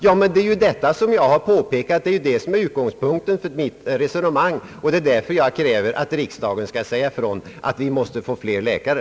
Ja, men det är ju detta som jag har påpekat, och det är utgångspunkten för mitt resonemang, när jag kräver att riksdagen skall säga ifrån att vi måste få flera läkare.